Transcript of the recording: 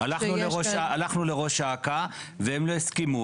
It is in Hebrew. הבן שלי סרן עומרי שחר נהרג לפני 10 שנים.